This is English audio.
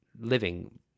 living